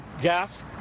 gas